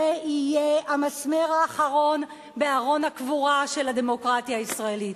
זה יהיה המסמר האחרון בארון הקבורה של הדמוקרטיה הישראלית.